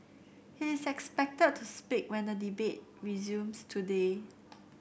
he is expected to speak when the debate resumes today